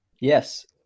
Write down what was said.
Yes